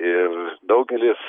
ir daugelis